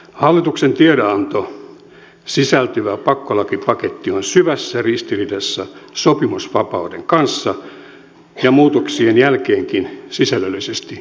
hallituksen tiedonantoon sisältyvä pakkolakipaketti on syvässä ristiriidassa sopimusvapauden kanssa ja muutoksien jälkeenkin sisällöllisesti epäoikeudenmukainen